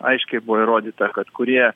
aiškiai buvo įrodyta kad kurie